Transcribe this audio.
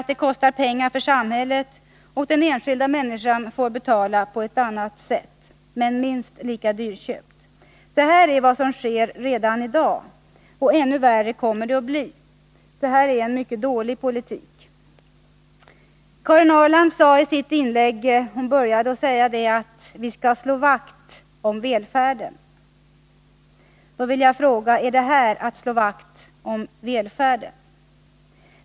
Det kostar pengar för samhället, och den enskilda människan får betala på ett annat sätt, men det blir minst lika dyrköpt. Detta är vad som sker redan i dag, och ännu värre kommer det att bli. Det är en dålig politik. Karin Ahrland började sitt inlägg med att vi skall slå vakt om välfärden. Då vill jag fråga: Är det här att slå vakt om välfärden?